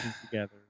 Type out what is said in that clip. together